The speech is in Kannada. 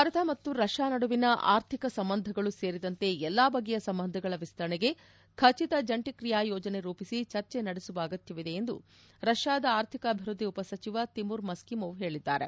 ಭಾರತ ಮತ್ತು ರಷ್ಯಾ ನಡುವಿನ ಆರ್ಥಿಕ ಸಂಬಂಧಗಳು ಸೇರಿದಂತೆ ಎಲ್ಲ ಬಗೆಯ ಸಂಬಂಧಗಳ ವಿಸ್ತರಣೆಗೆ ಖಚಿತ ಜಂಟಿ ಕ್ರಿಯಾ ಯೋಜನೆ ರೂಪಿಸಿ ಚರ್ಚೆ ನಡೆಸುವ ಅಗತ್ಯವಿದೆ ಎಂದು ರಷ್ಯಾದ ಆರ್ಥಿಕ ಅಭಿವೃದ್ದಿ ಉಪ ಸಚಿವ ತಿಮುರ್ ಮಸ್ಕಿ ಮೋವ್ ಹೇಳಿದ್ದಾರೆ